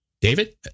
David